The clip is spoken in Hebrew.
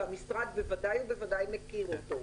והמשרד בוודאי ובוודאי מכיר אותו,